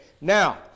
Now